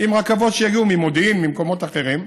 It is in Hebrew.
עם רכבות שיגיעו ממודיעין, ממקומות אחרים,